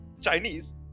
Chinese